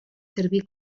servir